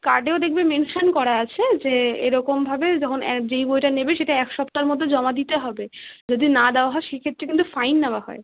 কার্ডেও দেখবে মেনসান করা আছে যে এরকমভাবে যখন যেই বইটা নেবে সেটা এক সপ্তাহর মধ্যে জমা দিতে হবে যদি না দেওয়া হয় সে ক্ষেত্রে কিন্তু ফাইন নেওয়া হয়